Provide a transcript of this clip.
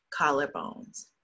collarbones